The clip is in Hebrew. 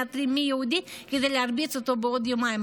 מאתרים מי יהודי כדי להרביץ לו בעוד יומיים.